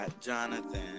Jonathan